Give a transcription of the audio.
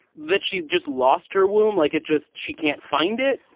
that she just lost her womb. like it just she can't find it.